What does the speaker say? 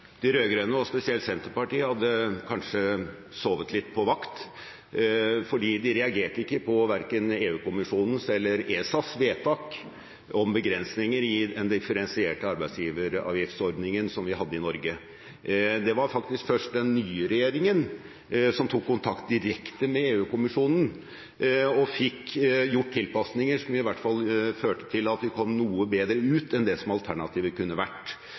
de rød-grønne, og spesielt Senterpartiet, kanskje hadde sovet litt på vakt, for de reagerte ikke på verken EU-kommisjonens eller ESAs vedtak om begrensninger i den differensierte arbeidsgiveravgiftsordningen som vi hadde i Norge. Det var faktisk først den nye regjeringen som tok kontakt direkte med EU-kommisjonen og fikk gjort tilpasninger, som i hvert fall førte til at vi kom noe bedre ut enn det som alternativet kunne vært,